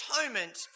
atonement